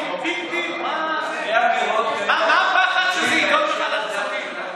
מה אכפת לך שזה יידון בוועדת כספים?